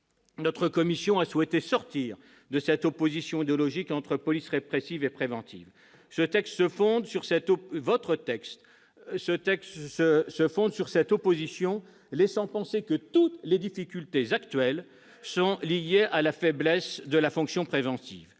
Notre commission a souhaité sortir de l'opposition idéologique entre police répressive et police préventive. Or votre texte se fonde sur cette opposition, laissant penser que toutes les difficultés actuelles viennent de la faiblesse de la fonction préventive.